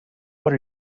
what